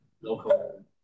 local